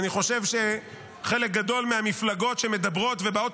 אני חושב שחלק גדול מהמפלגות שמדברות ובאות